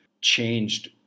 changed